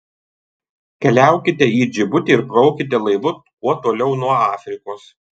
keliaukite į džibutį ir plaukite laivu kuo toliau nuo afrikos